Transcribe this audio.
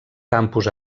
campus